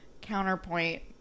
counterpoint